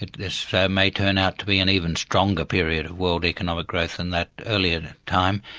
this may turn out to be an even stronger period of world economic growth than that earlier time.